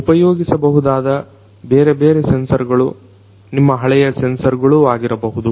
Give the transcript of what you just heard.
ಉಪಯೋಗಿಸಬಹುದಾದ ಬೇರೆ ಬೇರೆ ಸೆನ್ಸರ್ ಗಳು ನಿಮ್ಮ ಹಳೆಯ ಸೆನ್ಸರ್ಗಳೂ ಆಗಿರಬಹುದು